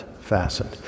fastened